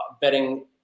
betting